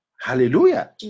Hallelujah